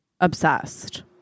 Obsessed